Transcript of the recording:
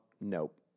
Nope